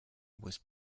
was